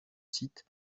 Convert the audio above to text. site